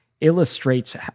illustrates